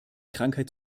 krankheit